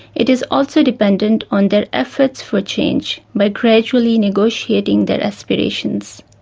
it is also dependent on their efforts for change by gradually negotiating their aspirations.